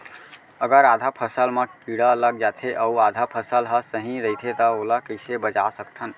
अगर आधा फसल म कीड़ा लग जाथे अऊ आधा फसल ह सही रइथे त ओला कइसे बचा सकथन?